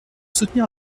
soutenir